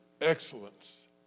excellence